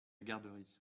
garderie